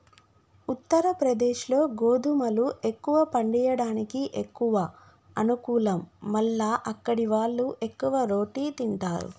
ఉత్తరప్రదేశ్లో గోధుమలు ఎక్కువ పండియడానికి ఎక్కువ అనుకూలం మల్ల అక్కడివాళ్లు ఎక్కువ రోటి తింటారు